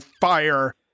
fire